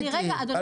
לא ענית לי.